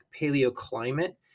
paleoclimate